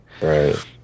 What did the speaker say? right